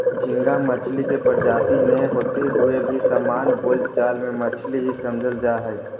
झींगा मछली के प्रजाति नै होते हुए भी सामान्य बोल चाल मे मछली ही समझल जा हई